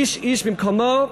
איש-איש במקומו,